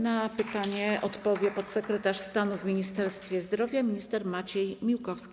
Na pytanie odpowie podsekretarz stanu w Ministerstwie Zdrowia, minister Maciej Miłkowski.